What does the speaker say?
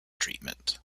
treatment